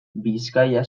bizkaia